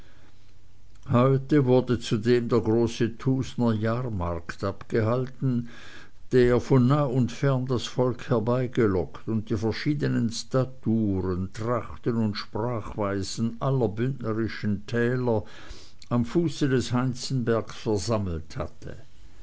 heute wurde zudem der große thusnerjahrmarkt abgehalten der von nah und fern das volk herbeigelockt und die verschiedenen staturen trachten und sprachweisen aller bündnerischen täler am fuße des heinzenbergs versammelt hatte